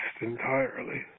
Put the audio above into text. entirely